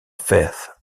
faith